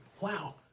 Wow